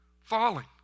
falling